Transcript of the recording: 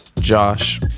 Josh